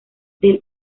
del